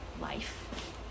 life